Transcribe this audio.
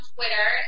Twitter